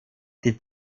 die